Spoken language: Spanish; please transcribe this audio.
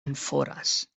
ánforas